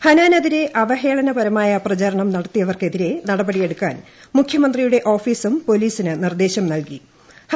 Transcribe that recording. ഹനാനെതിരെ അവഹേളനപരമായ പ്രചാരണം നടത്തിയവർക്കെതിരെ നടപടിയ്ക്കാൻ മുഖ്യമന്ത്രിയുടെ ഓഫീസും പോലീസിന് നിർദ്ദേശാഹ് ന്റൽകി